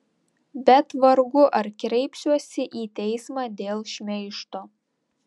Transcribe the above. bet vargu ar kreipsiuosi į teismą dėl šmeižto